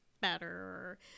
better